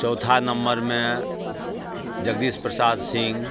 चौथा नम्मरमे जगदीश प्रसाद सिंह